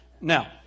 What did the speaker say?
Now